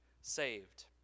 saved